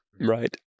right